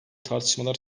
tartışmalar